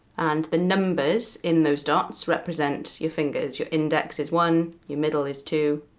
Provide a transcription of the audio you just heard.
and the numbers in those dots represent your fingers, your index is one, your middle is two,